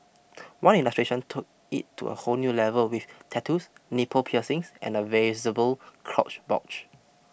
one illustration took it to a whole new level with tattoos nipple piercings and a visible crotch bulge